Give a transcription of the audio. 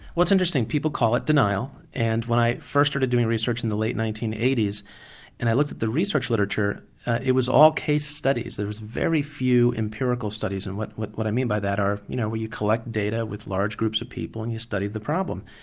well it's interesting. people call it denial and when i first started doing research in the late nineteen eighty s and i looked at the research literature it was all case studies, there was very few empirical studies and what what i mean by that are you know where you collect data with large groups of people and you study the problem.